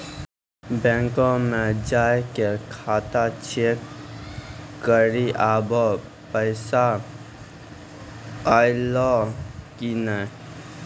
bank मे जाय के खाता चेक करी आभो पैसा अयलौं कि नै